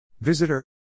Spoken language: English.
Visitor